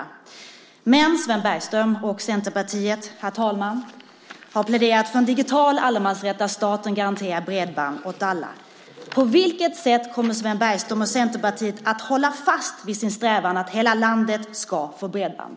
Men, herr talman, Sven Bergström och Centerpartiet har pläderat för en digital allemansrätt där staten garanterar bredband åt alla. På vilket sätt kommer Sven Bergström och Centerpartiet att hålla fast vid sin strävan att hela landet ska få bredband?